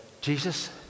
Jesus